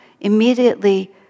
immediately